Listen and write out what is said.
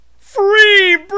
Free